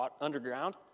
underground